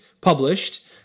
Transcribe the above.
published